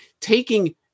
taking